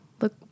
look